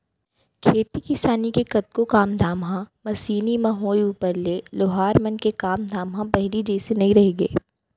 खेती किसानी के कतको काम धाम ह मसीनी म होय ऊपर ले लोहार मन के काम धाम ह पहिली जइसे नइ रहिगे